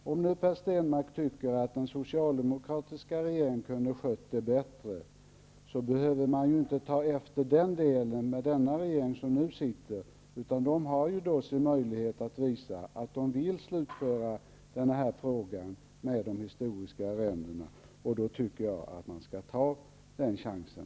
Men om Per Stenmarck tycker att den socialdemokratiska regeringen kunde ha skött det bättre, behöver man inte göra på samma sätt i den regering som nu sitter. Den har nu möjlighet att visa att den vill slutföra frågan med historiska arrenden. Jag tycker att den skall ta den chansen.